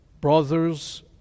brothers